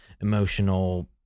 emotional